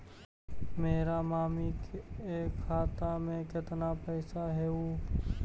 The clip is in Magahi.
मेरा मामी के खाता में कितना पैसा हेउ?